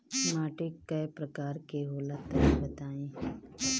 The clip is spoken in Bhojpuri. माटी कै प्रकार के होला तनि बताई?